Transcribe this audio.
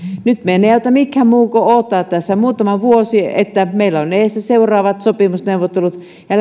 nyt meidän ei auta mikään muu kuin odottaa muutama vuosi että meillä on edessä seuraavat sopimusneuvottelut ja